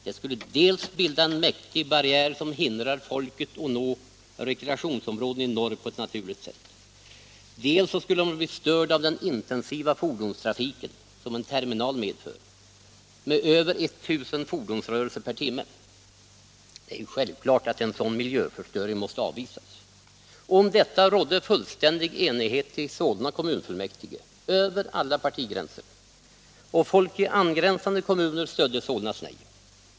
Dels skulle den bilda en mäktig barriär som hindrar folket att nå rekreationsområdena i norr på ett naturligt sätt, dels skulle man bli störd av den intensiva fordonstrafiken som en terminal medför, med över 1000 fordonsrörelser per timme. Det är självklart att en sådan miljöförstöring måste avvisas. Om detta rådde enighet i Solna kommunfullmäktige, över alla partigränser. Och folk i angränsande kommuner stödde Solnas nej.